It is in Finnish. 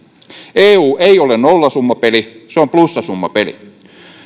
eu ei ole nollasummapeli se on plussasummapeli